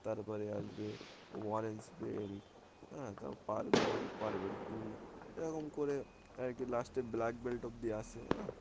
তারপরে আসবে orange belt হ্যাঁ তারপর পার্পেল বেল্ট পার্পেল টু এরকম করে আর কি লাস্টে ব্ল্যাক বেল্ট অবধি আসে হ্যাঁ